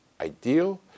ideal